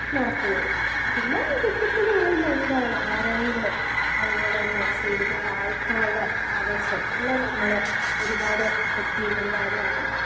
നടത്തുന്നത് പിന്നെ ക്രിക്കറ്റ് എന്ന് പറയുമ്പം എന്താണ് ആരവങ്ങൾ അതുപോലെ തന്നെ സ്റ്റേഡിയത്തിലുള്ള ആള്ക്കാരുടെ ആവേശം എല്ലാം നമ്മളെ ഒരുപാട് അഫക്റ്റ് ചെയ്യുന്നൊരു കാര്യമാണ്